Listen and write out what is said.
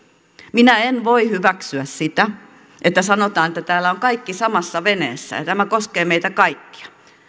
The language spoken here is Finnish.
minä en voi hyväksyä sitä että sanotaan että täällä ovat kaikki samassa veneessä ja tämä koskee meitä kaikkia